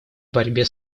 борьбе